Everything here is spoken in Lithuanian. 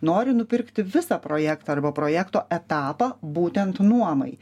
nori nupirkti visą projektą arba projekto etapą būtent nuomai